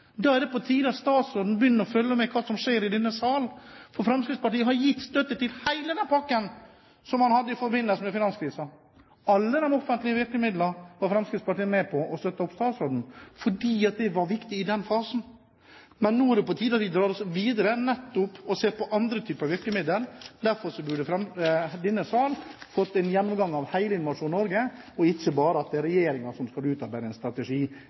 Da er det på tide at statsråden begynner å følge med på hva som skjer i denne sal. Fremskrittspartiet har gitt støtte til hele den pakken som han kom med i forbindelse med finanskrisen. Når det gjelder alle de offentlige virkemidlene, var Fremskrittspartiet med på å støtte statsråden, fordi det var viktig i den fasen. Men nå er det på tide at vi drar oss videre og ser på andre typer virkemidler. Derfor burde denne sal ha fått seg forelagt en gjennomgang av hele Innovasjon Norge, og ikke bare få høre at det er regjeringen som skal utarbeide en strategi.